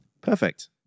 Perfect